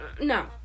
no